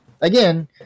again